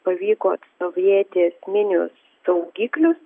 pavyko atstovėti esminius saugiklius